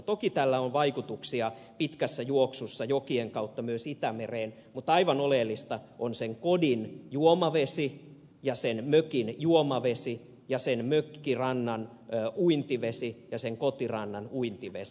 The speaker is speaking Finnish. toki tällä on vaikutuksia pitkässä juoksussa jokien kautta myös itämereen mutta aivan oleellista on sen kodin juomavesi ja sen mökin juomavesi ja sen mökkirannan uintivesi ja sen kotirannan uintivesi